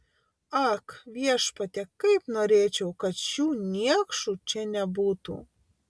ak viešpatie kaip norėčiau kad šių niekšų čia nebūtų